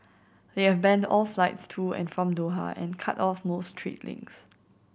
they have banned all flights to and from Doha and cut off most trade links